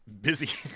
busy